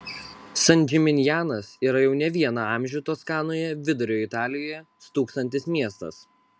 san džiminjanas yra jau ne vieną amžių toskanoje vidurio italijoje stūksantis miestas